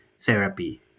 therapy